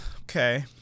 okay